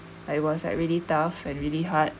I was like really tough and really hard